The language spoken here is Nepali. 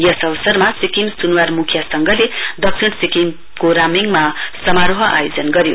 यस अवसरमा सिक्किम सुनवार मुखिया संघले दक्षिण सिक्किमको रामोङमा समारोह आयोजन गरियो